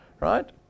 right